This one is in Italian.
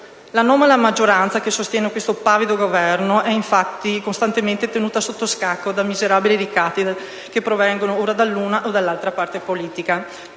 L'anomala maggioranza che sostiene questo pavido Governo è infatti costantemente tenuta sotto scacco dai miserabili ricatti che provengono ora dall'una, ora dall'altra parte politica.